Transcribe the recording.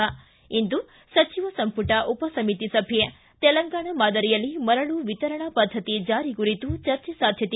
ಿ ಇಂದು ಸಚಿವ ಸಂಪುಟ ಉಪಸಮಿತಿ ಸಭೆ ತೆಲಂಗಾಣ ಮಾದರಿಯಲ್ಲಿ ಮರಳು ವಿತರಣಾ ಪದ್ದತಿ ಜಾರಿ ಕುರಿತು ಚರ್ಚೆ ಸಾಧ್ಯತೆ